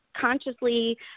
consciously